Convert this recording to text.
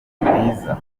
mwiza